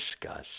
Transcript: discuss